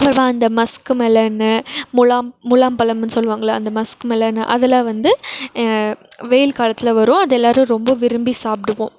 அப்புறமா அந்த muskmelon முலாம் முலாம் பழம்னு சொல்லுவாங்கல்ல அந்த மஸ்க்கு மெலனு அதலாம் வந்து வெயில் காலத்தில் வரும் அது எல்லோரும் ரொம்ப விரும்பி சாப்பிடுவோம்